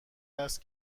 است